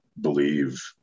believe